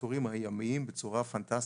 פשוט ייסעו יותר מהר וייצאו מהשטח.